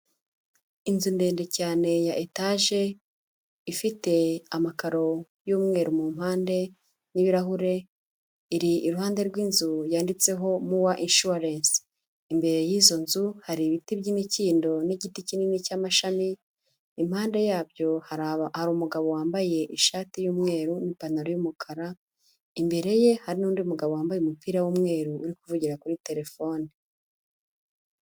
Inzu ndende cyane ya etaje, ifite amakaro y'umweru mu mpande n'ibirahure, iri iruhande rw'inzu yanditseho Mowa inshuwarensi. Imbere y'izo nzu hari ibiti by'imikindo n'igiti kinini cy'amashami, impande yabyo hari umugabo wambaye ishati y'umweru n'ipantaro y'umukara, imbere ye hari n'undi mugabo wambaye umupira w'umweru uri kuvugira kuri terefone.